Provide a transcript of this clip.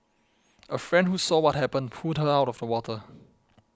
a friend who saw what happened pulled her out of the water